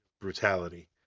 brutality